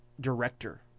director